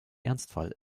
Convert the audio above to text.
ernstfall